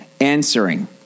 answering